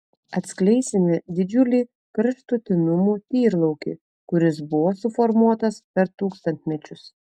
atskleisime didžiulį kraštutinumų tyrlaukį kuris buvo suformuotas per tūkstantmečius